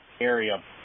area